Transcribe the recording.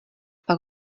pak